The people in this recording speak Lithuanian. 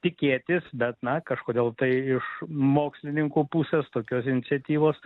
tikėtis bet na kažkodėl tai iš mokslininkų pusės tokios iniciatyvos